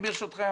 ברשותכם,